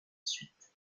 suite